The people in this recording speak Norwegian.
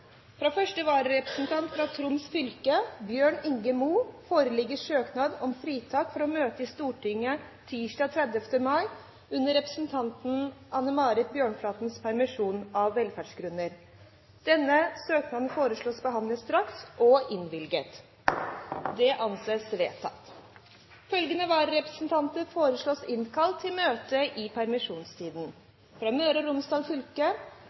Fra første vararepresentant for Troms fylke, Bjørn Inge Mo, foreligger søknad om fritak for å møte i Stortinget tirsdag 31. mai under representanten Anne Marit Bjørnflatens permisjon, av velferdsgrunner. Etter forslag fra presidenten ble enstemmig besluttet: Søknaden behandles straks og innvilges. Følgende vararepresentanter innkalles for å møte i permisjonstiden: For Møre og Romsdal fylke: